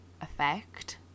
effect